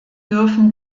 dürfen